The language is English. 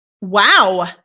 Wow